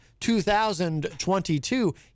2022